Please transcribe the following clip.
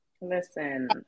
Listen